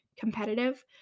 competitive